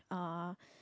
uh